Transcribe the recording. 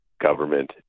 government